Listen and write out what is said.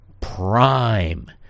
prime